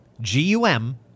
G-U-M